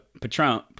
Patron